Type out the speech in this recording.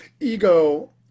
Ego